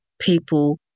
people